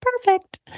perfect